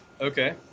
Okay